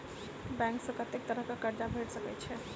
Bank सऽ कत्तेक तरह कऽ कर्जा भेट सकय छई?